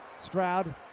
Stroud